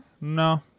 No